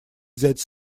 взять